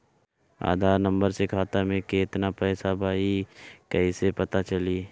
आधार number से खाता में केतना पईसा बा ई क्ईसे पता चलि?